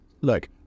Look